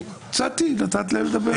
יצאתי, נתתי להם לדבר.